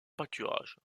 pâturages